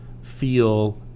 feel